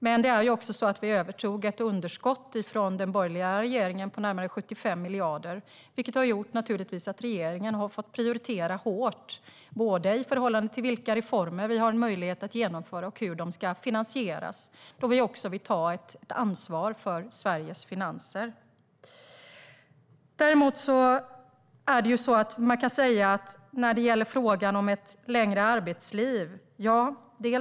Men det är också så att vi övertog ett underskott från den borgerliga regeringen på närmare 75 miljarder. Det har naturligtvis gjort att regeringen har fått prioritera hårt i förhållande till vilka reformer vi har en möjlighet att genomföra och hur de ska finansieras, då vi också vill ta ett ansvar för Sveriges finanser. Sedan gäller det frågan om ett längre arbetsliv.